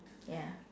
ya